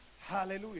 Hallelujah